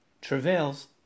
travails